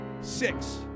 Six